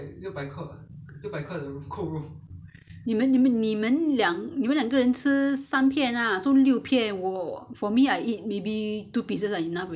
你们你们你们两你们两个人吃三片啦 so 六片我我 for me I eat maybe two pieces I enough already so altogether so